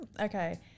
Okay